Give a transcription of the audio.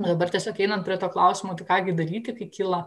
dabar tiesiog einam prie to klausimo ką gi daryti kai kyla